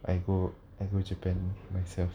I go I go japan myself